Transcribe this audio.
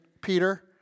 Peter